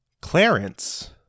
Clarence